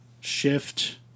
shift